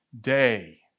day